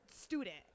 student